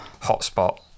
hotspot